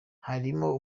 harimo